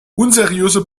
unseriöse